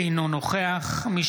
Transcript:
אינו נוכח אביחי אברהם בוארון,